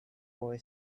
boy